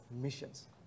missions